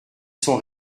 sont